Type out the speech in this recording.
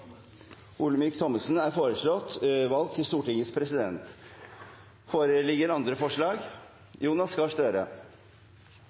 Olemic Thommessen. Olemic Thommessen er foreslått valgt til Stortingets president. Foreligger det andre forslag?